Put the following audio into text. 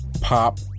Pop